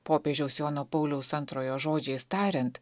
popiežiaus jono pauliaus antrojo žodžiais tariant